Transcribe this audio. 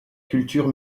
culture